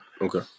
Okay